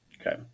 Okay